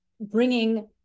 bringing